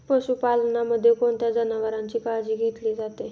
पशुपालनामध्ये कोणत्या जनावरांची काळजी घेतली जाते?